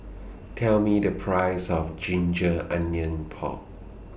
Tell Me The Price of Ginger Onions Pork